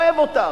אוהב אותך,